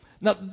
Now